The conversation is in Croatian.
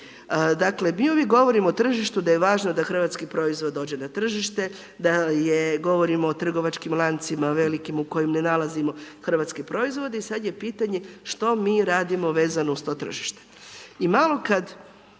Dakle, mi uvijek govorimo o tržištu da je važno da hrvatski proizvod dođe na tržište, govorimo o trgovačkim lancima velikim u kojima ne nalazimo hrvatske proizvode i sad je pitanje što mi radimo vezano uz to tržište.